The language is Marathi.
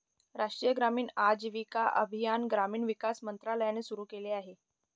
राष्ट्रीय ग्रामीण आजीविका अभियान ग्रामीण विकास मंत्रालयाने सुरू केले